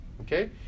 Okay